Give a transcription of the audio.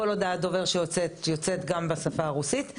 כל הודעת דובר יוצאת גם בשפה הרוסית.